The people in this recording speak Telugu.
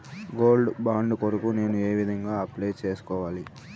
గోల్డ్ బాండు కొరకు నేను ఏ విధంగా అప్లై సేసుకోవాలి?